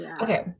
Okay